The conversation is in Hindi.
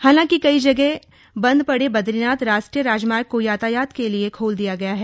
हालांकि कई जगह बंद पड़े बदरीनाथ राष्ट्रीय राजमार्ग को यातायात के लिए खोल दिया गया है